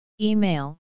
Email